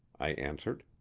i answered.